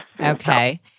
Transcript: Okay